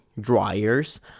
dryers